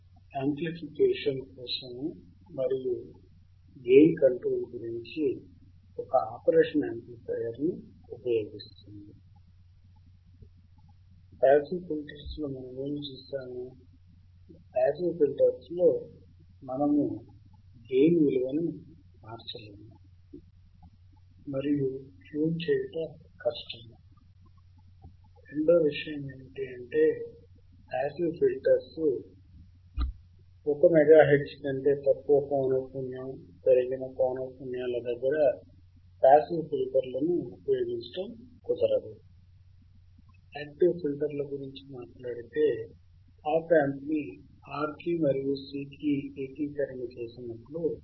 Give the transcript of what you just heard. దాని ఆపరేషన్ సూత్రం మరియు పౌనఃపున్య ప్రతిస్పందన గతంలో చూసిన పాసివ్ ఫిల్టర్ల మాదిరిగానే ఉంటుంది